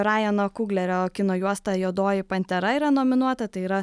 rajano kuglerio kino juosta juodoji pantera yra nominuota tai yra